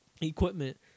equipment